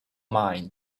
mind